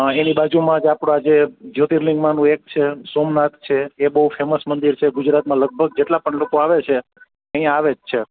એની બાજુમાં જ આપણો આજે જયોર્તિલિંગ માનું એક છે સોમનાથ છે એ બહુ ફેમસ મંદિર છે ગુજરાતમાં લગભગ જેટલા પણ લોકો આવે છે અહીં આવે જ છે